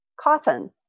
coffin